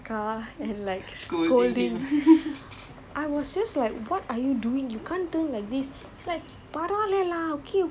I I just got reminded of like chin or like thiran periyappa being in the car and like scolding